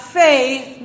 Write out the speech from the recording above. faith